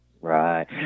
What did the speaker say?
Right